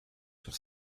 sur